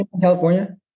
California